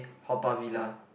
Haw-Par-Villa